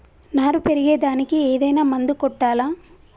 నారు పెరిగే దానికి ఏదైనా మందు కొట్టాలా?